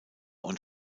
und